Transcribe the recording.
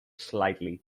slightly